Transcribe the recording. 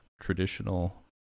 traditional